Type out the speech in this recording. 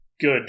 good